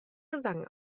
gesang